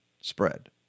spread